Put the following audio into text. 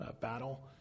battle